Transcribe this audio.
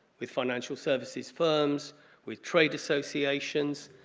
with financial services firms with trade associations,